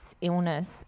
illness